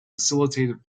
facilitated